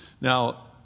now